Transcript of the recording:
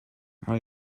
are